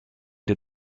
der